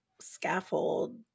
scaffold